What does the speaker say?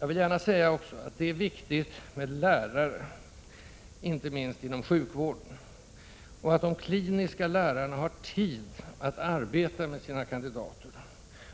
Jag vill gärna säga att det är viktigt med lärare inom sjukvården och att de kliniska lärarna verkligen har tid att arbeta med sina kandidater.